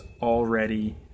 already